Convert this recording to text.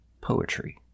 poetry